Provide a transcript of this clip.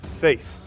Faith